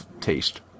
taste